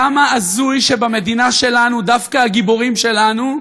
כמה הזוי שבמדינה שלנו דווקא הגיבורים שלנו,